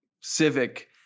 Civic